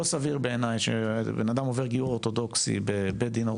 לא סביר בעיני שבן אדם עובר גיור אורתודוקסי בבית דין אורתודוקסי,